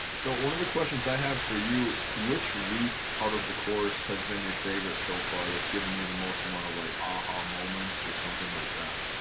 so one of the questions i have for you, which week out of the course has been your favorite so far, that's giving you the most amount of like aha moments or something like that.